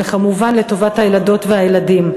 וכמובן לטובת הילדות והילדים.